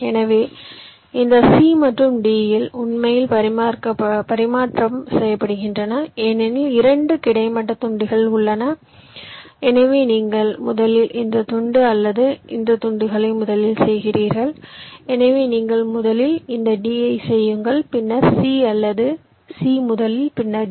எனவே இந்த C மற்றும் D உண்மையில் பரிமாற்றம் செய்யப்படுகின்றன ஏனெனில் 2 கிடைமட்ட துண்டுகள் உள்ளன எனவே நீங்கள் முதலில் இந்த துண்டு அல்லது இந்த துண்டுகளை முதலில் செய்கிறீர்கள் எனவே நீங்கள் முதலில் இந்த d ஐச் செய்யுங்கள் பின்னர் c அல்லது c முதலில் பின்னர் d